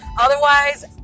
Otherwise